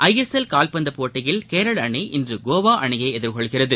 ISL கால்பந்து போட்டியில் கேரள அணி இன்று கோவா அணியை எதிர்கொள்கிறது